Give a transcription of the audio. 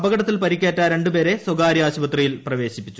അപകടത്തിൽ പരിക്കേറ്റ രണ്ടു പേരെ സ്വകാര്യ ആശുപത്രിയിൽ പ്രവേശിപ്പിച്ചു